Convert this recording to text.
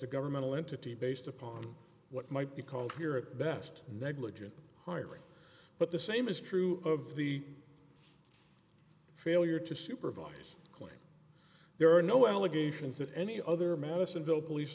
a governmental entity based upon what might be called here at best negligent hiring but the same is true of the failure to supervise there are no allegations that any other madisonville police